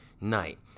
night